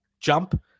jump